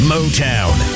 Motown